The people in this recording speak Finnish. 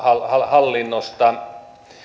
hallinnosta